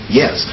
yes